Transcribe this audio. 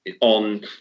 on